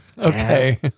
Okay